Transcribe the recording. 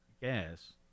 gas